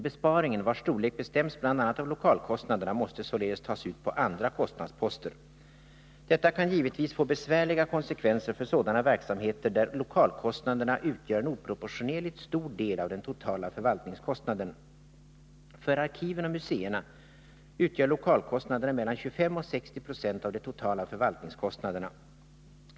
Besparingen, vars storlek bestäms bl.a. av lokalkostnaderna, måste således tas ut på andra kostnadsposter. Detta kan givetvis få besvärliga konsekvenser för sådana verksamheter där lokalkostnaderna utgör en oproportionerligt stor del av den totala förvaltningskostnaden. För arkiven och museerna utgör lokalkostnaderna mellan 25 och 60 26 av de totala förvaltningskostnaderna.